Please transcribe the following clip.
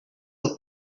were